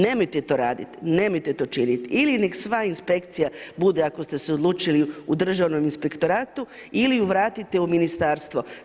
Nemojte to raditi, nemojte to činiti, ili neka sva inspekcija, bude ako ste se odlučili u državnom inspektoratu ili ju vratite u ministarstvo.